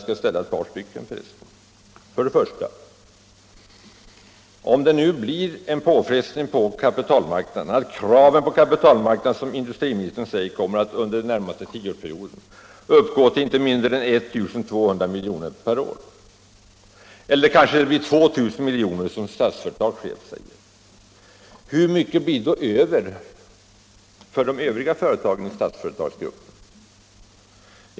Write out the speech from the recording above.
Om, till att börja med, kraven på kapitalmarknaden, som industriministern säger, under den närmaste tioårsperioden kommer att uppgå till inte mindre än 1 200 milj.kr. per år — eller kanske 2 000 miljoner, som Statsföretags chef säger — hur mycket blir då över för de andra företagen i Statsföretagsgruppen?